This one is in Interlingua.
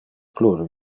plure